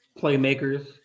playmakers